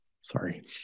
sorry